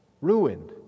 Ruined